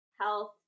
health